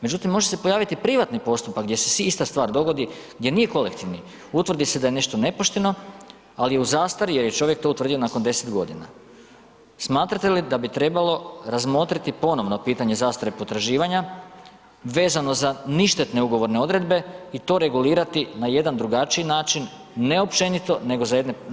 Međutim, može se pojaviti privatni postupak, gdj se ista stvar dogodi, gdje nije kolektivni, utvrdi se da je nešto nepošteno, ali u zastari je to čovjek utvrdio nakon 10 g. smatrate li da bi trebalo razmotriti ponovno pitanje zastare potraživanja vezano za ništetne ugovorne odredbe i to regulirati na jedan drugačiji način, ne općenito, nego za posebne situacije?